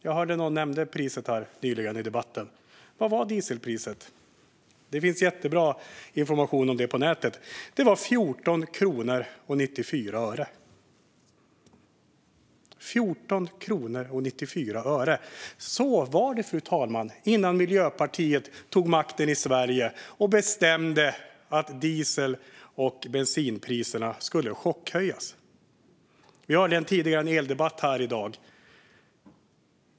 Jag hörde att någon nämnde priset nyss i debatten. Det finns jättebra information om detta på nätet. Det var 14 kronor och 94 öre. Så var det, fru talman, innan Miljöpartiet tog makten i Sverige och bestämde att diesel och bensinpriserna skulle chockhöjas. Vi hörde en eldebatt här tidigare i dag.